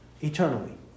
eternally